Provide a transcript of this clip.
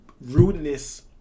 rudeness